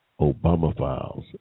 Obama-files